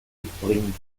mitbringen